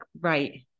right